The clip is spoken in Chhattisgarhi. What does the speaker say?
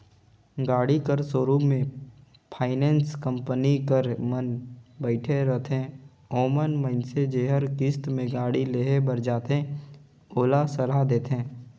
गाड़ी कर सोरुम में फाइनेंस कंपनी कर मन बइठे रहथें ओमन मइनसे जेहर किस्त में गाड़ी लेहे बर जाथे ओला सलाह देथे